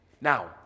Now